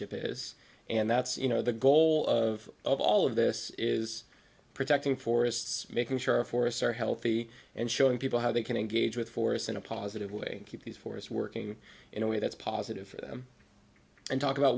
ship is and that's you know the goal of of all of this is protecting forests making sure our forests are healthy and showing people how they can engage with forests in a positive way keep these forests working in a way that's positive and talk about